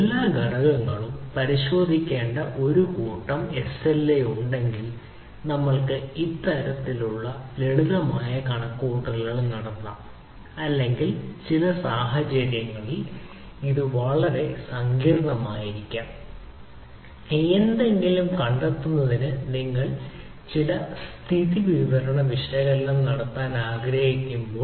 എല്ലാ ഘടകങ്ങളും പരിശോധിക്കേണ്ട ഒരു കൂട്ടം എസ്എൽഎ ഉണ്ടെങ്കിൽ നമ്മൾക്ക് ഇത്തരത്തിലുള്ള ലളിതമായ കണക്കുകൂട്ടൽ നടത്താം അല്ലെങ്കിൽ ചില സാഹചര്യങ്ങളിൽ ഇത് വളരെ സങ്കീർണ്ണമായിരിക്കാം എന്തെങ്കിലും കണ്ടെത്തുന്നതിന് നിങ്ങൾ ചില സ്ഥിതിവിവര വിശകലനം നടത്താൻ ആഗ്രഹിക്കുമ്പോൾ